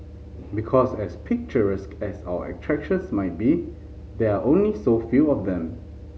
because as picturesque as our attractions might be there are only so few of them